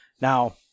now